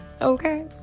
okay